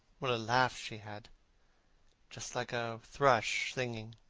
what a laugh she had just like a thrush singing.